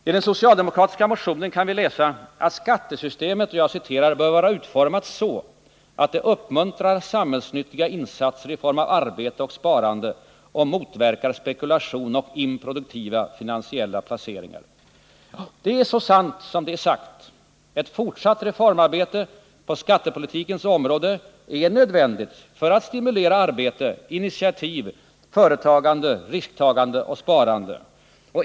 I den socialdemokratiska motionen kan vi läsa att skattesystemet ”bör vara utformat så att det uppmuntrar samhällsnyttiga insatser i form av arbete och sparande och motverkar spekulation och improduktiva finansiella placeringar”. Det är så sant som det är sagt! Ett fortsatt reformarbete på skattepolitikens område är nödvändigt för att stimulera arbete, initiativ, företagande, risktagande och sparande.